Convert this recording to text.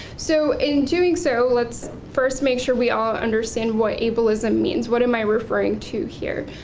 so in doing so, let's first make sure we all understand what ableism means. what am i referring to here?